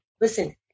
Listen